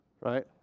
right